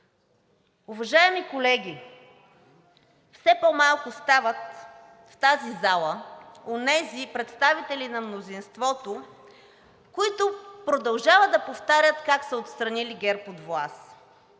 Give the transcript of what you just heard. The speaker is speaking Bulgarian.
Уважаеми колеги, все по-малко стават в тази зала онези представители на мнозинството, които продължават да повтарят как са отстранили ГЕРБ от власт.